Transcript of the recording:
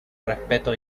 respeto